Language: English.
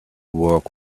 work